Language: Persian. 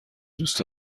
دوست